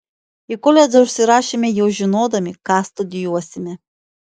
į koledžą užsirašėme jau žinodami ką studijuosime